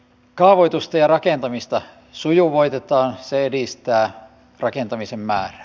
kaavoitusta ja rakentamista sujuvoitetaan se edistää rakentamisen määrää